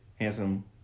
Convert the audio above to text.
handsome